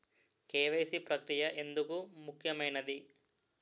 KYC ప్రక్రియ ఎందుకు ముఖ్యమైనది?